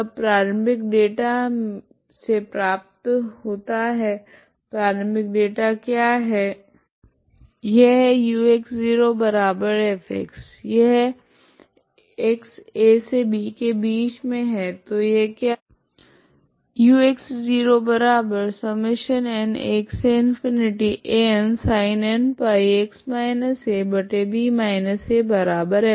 तब प्रारम्भिक डेटा से प्राप्त होता है प्रारम्भिक डेटा क्या ux0f है यह axb तो यह क्या है